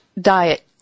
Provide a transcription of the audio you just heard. diet